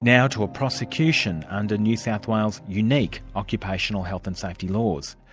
now to a prosecution under new south wales unique occupational health and safety laws.